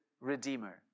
redeemer